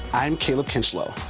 i'm cayleb kinslo.